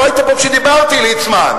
לא היית פה כשדיברתי, ליצמן.